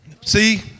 See